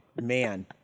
man